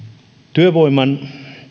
työvoiman